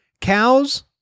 Cows